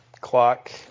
clock